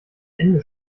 ende